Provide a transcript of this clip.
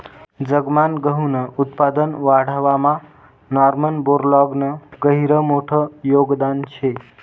जगमान गहूनं उत्पादन वाढावामा नॉर्मन बोरलॉगनं गहिरं मोठं योगदान शे